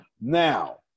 Now